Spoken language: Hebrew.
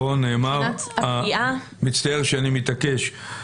מצטער שאני מתעקש.